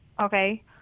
okay